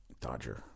Dodger